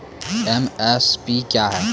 MSP क्या है?